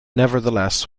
nevertheless